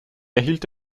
erhielt